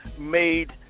made